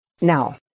Now